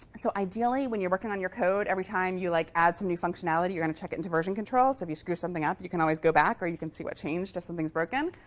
so ideally, when you're working on your code, every time you like add some new functionality, you're gonna check it into version control. so if you screw something up, you can always go back. or you can see what changed, if something's broken.